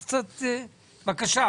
אדוני, קירות חיצוניים זה